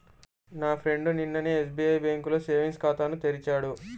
నా ఫ్రెండు నిన్ననే ఎస్బిఐ బ్యేంకులో సేవింగ్స్ ఖాతాను తెరిచాడు